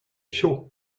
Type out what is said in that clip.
chaud